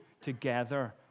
together